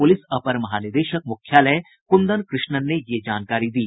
police अपर महानिदेशक मुख्यालय कुंदन कृष्णन ने यह जानकारी दी